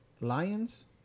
Lions